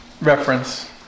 reference